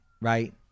right